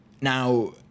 Now